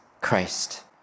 Christ